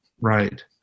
Right